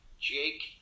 Jake